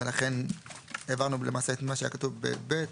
לכן למעשה מחקנו את מה שהיה כתוב ב-(ב)